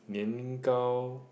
Nian-Gao